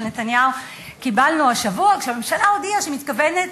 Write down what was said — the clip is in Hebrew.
נתניהו קיבלנו השבוע כשהממשלה הודיעה שהיא מתכוונת